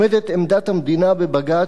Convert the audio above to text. עומדת עמדת המדינה בבג"ץ,